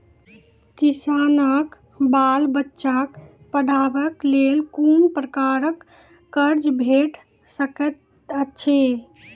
किसानक बाल बच्चाक पढ़वाक लेल कून प्रकारक कर्ज भेट सकैत अछि?